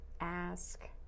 ask